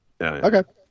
Okay